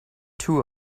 two